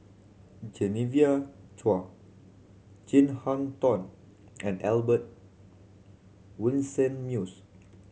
Genevieve Chua Chin Harn Tong and Albert Winsemius